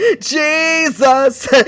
Jesus